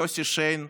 יוסי שיין,